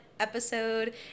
episode